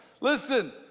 Listen